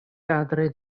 kadre